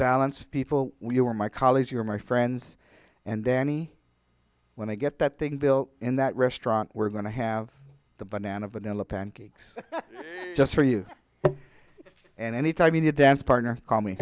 balance of people you are my colleagues you're my friends and danny when i get that thing built in that restaurant we're going to have the banana vanilla pancakes just for you and any time you dance partner call me